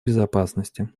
безопасности